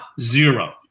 Zero